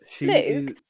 Luke